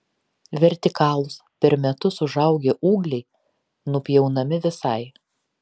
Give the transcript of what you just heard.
vertikalūs per metus užaugę ūgliai nupjaunami visai